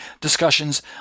discussions